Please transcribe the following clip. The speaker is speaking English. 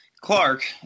clark